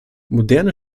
moderne